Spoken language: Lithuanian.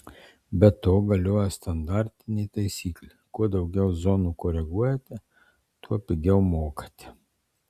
be to galioja standartinė taisyklė kuo daugiau zonų koreguojate tuo pigiau mokate